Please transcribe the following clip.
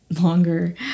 longer